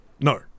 no